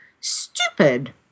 Stupid